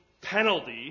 penalty